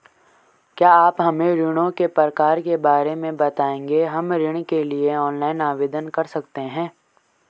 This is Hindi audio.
क्या आप हमें ऋणों के प्रकार के बारे में बताएँगे हम ऋण के लिए ऑनलाइन आवेदन कर सकते हैं?